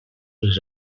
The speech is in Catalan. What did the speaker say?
les